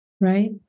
right